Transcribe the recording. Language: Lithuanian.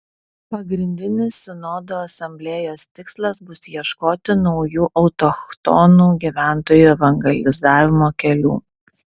pagrindinis sinodo asamblėjos tikslas bus ieškoti naujų autochtonų gyventojų evangelizavimo kelių